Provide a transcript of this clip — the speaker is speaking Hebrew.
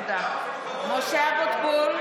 (קוראת בשמות חברי הכנסת) משה אבוטבול,